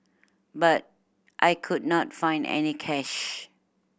but I could not find any cash